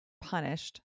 punished